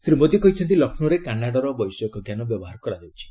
ଶ୍ରୀ ମୋଦି କହିଛନ୍ତି ଲକ୍ଷ୍ନୌରେ କାନାଡ଼ାର ବୈଷୟିକ ଜ୍ଞାନ ବ୍ୟବହାର କରାଯାଉଛି